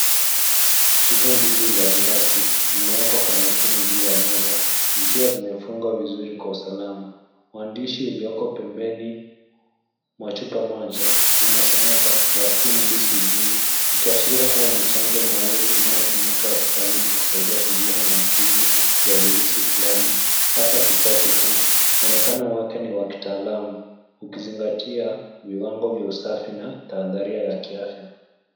Chupa mbili za glasi zimewekwa kwa umakini juu ya meza, zikiwa zimefungwa vizuri kwa usalama. Uandishi ulioko pembeni mwa chupa moja, unasomeka Vaccin BCG, ukiashiria kuwa ni chanjo maalum, inayotumika hospitalini kusaidia kuzuia maambukizi ya virusi fulani, hasa kifua kikuu. Mwonekano wake ni wa kitaalamu, ukizingatia viwango vya usafi na tahadhari ya kiafya.